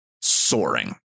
soaring